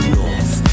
north